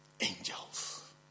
Angels